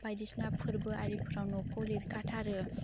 बायदिसिना फोरबो आरिफ्राव न'खौ लिरखाथारो